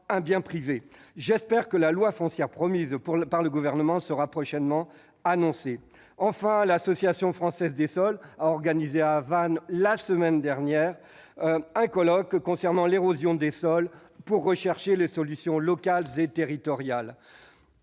J'espère que la loi foncière promise par le Gouvernement sera prochainement annoncée. Enfin, l'Association française pour l'étude du sol organisait à Vannes, la semaine dernière, un colloque sur l'érosion des sols, afin de définir des solutions locales et territoriales.